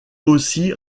aussi